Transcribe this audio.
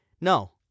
no